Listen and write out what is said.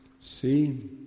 See